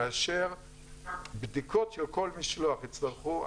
כאשר בדיקות של כל משלוח יצטרכו,